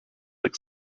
like